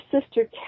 sister